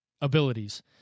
abilities